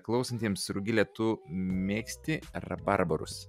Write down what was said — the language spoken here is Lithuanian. klausantiems rugile tu mėgsti rabarbarus